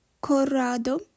Corrado